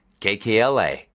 KKLA